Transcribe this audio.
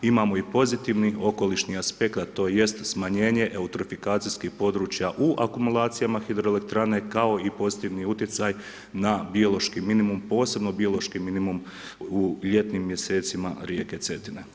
Imamo i pozitivni okolišni aspekt a to je smanjenje eletrifikacijskih područja u akumulacijama hidroelektrane kao i pozitivni utjecaj na biološki minimum, posebno biološki minimum u ljetnim mjesecima rijeke Cetine.